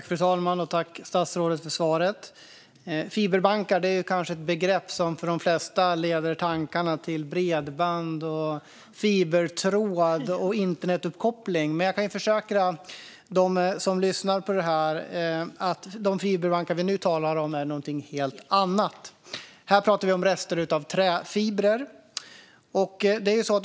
Fru talman! Fiberbankar är ett begrepp som kanske leder tankarna till bredband, fibertråd och internetuppkoppling, men jag kan försäkra dem som lyssnar att de fiberbankar vi nu talar om är något helt annat. Här pratar vi om rester av träfibrer.